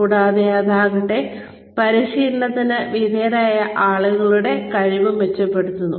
കൂടാതെ അതാകട്ടെ പരിശീലനത്തിന് വിധേയരായ ആളുകളുടെ കഴിവ് മെച്ചപ്പെടുത്തുന്നു